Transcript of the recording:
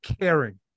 caring